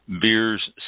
Beers